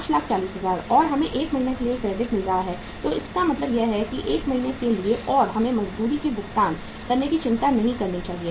540000 और हमें 1 महीने के लिए क्रेडिट मिल रहा है तो इसका मतलब है कि यह 1महीने के लिए है और हमें मजदूरी के लिए भुगतान करने की चिंता नहीं करनी चाहिए